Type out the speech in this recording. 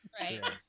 Right